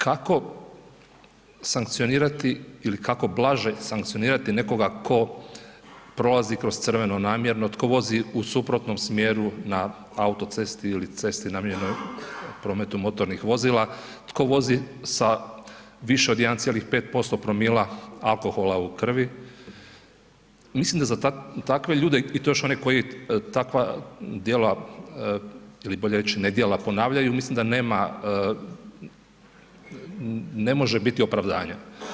Kako sankcionirati ili kako blaže sankcionirati nekoga tko prolazi kroz crveno namjerno, tko vozi u suprotnom smjeru na auto cesti ili cesti namijenjenoj prometu motornih vozila, tko vozi sa više od 1,5% promila alkohola u krvi, mislim da za takve ljude i to još one koji takva djela ili bolje reć nedjela ponavljaju, mislim da nema, ne može biti opravdanja.